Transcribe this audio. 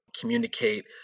communicate